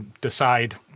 decide